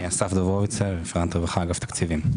אני רפרנט רווחה באגף התקציבים.